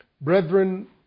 brethren